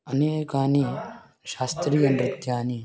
अन्ये कानि शास्त्रीयनृत्यानि